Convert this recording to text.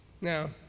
Now